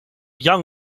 young